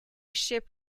ship